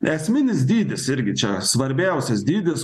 esminis dydis irgi čia svarbiausias dydis